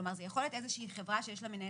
כלומר זה יכול להיות איזה שהיא חברה שיש לה מנהל